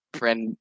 friend